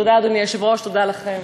תודה, אדוני היושב-ראש, תודה לכם.